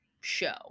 show